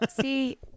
See